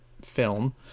film